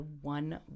one